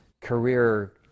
career